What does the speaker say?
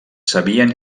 sabien